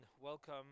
welcome